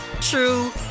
true